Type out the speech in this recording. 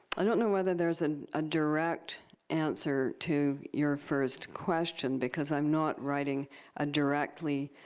i don't know whether there's and a direct answer to your first question because i'm not writing a directly,